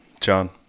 John